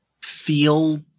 feel